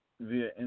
via